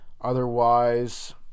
Otherwise